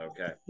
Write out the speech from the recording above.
Okay